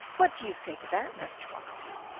what do you say to that, master boxtel?